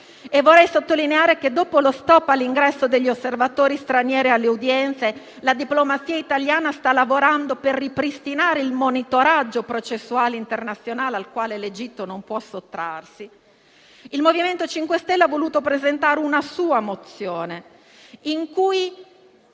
e vorrei sottolineare che dopo lo *stop* all'ingresso degli osservatori stranieri alle udienze, la diplomazia italiana sta lavorando per ripristinare il monitoraggio processuale internazionale, al quale l'Egitto non può sottrarsi - il MoVimento 5 Stelle ha voluto presentare una sua mozione in cui